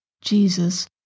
Jesus